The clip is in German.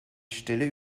stille